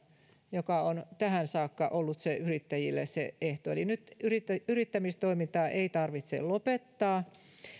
joka on tähän saakka ollut yrittäjille se ehto eli nyt yrittämistoimintaa ei tarvitse lopettaa